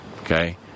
okay